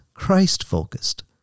Christ-focused